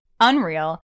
unreal